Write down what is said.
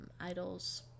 idols